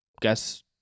guess